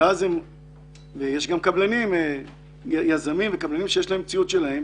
אותם חאפרים ויש גם יזמים וקבלנים שמשאירים